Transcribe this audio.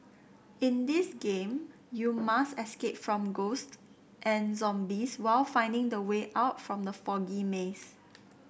in this game you must escape from ghosts and zombies while finding the way out from the foggy maze